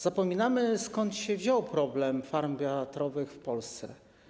Zapominamy, skąd się wziął problem farm wiatrowych w Polsce.